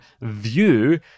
view